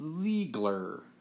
Ziegler